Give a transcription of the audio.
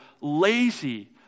lazy